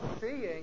seeing